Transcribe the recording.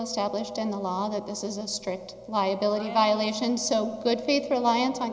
established in the law that this is a strict liability violation so good faith reliance on